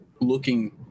looking